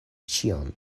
ĉion